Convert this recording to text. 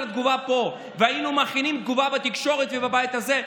תגובה פה והיינו מכינים תגובה בתקשורת ובבית הזה,